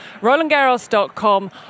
RolandGarros.com